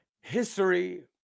history